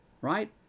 Right